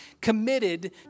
committed